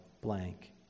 blank